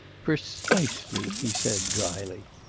precisely, he said dryly.